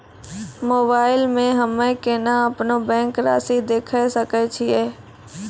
Mobile मे हम्मय केना अपनो बैंक रासि देखय सकय छियै?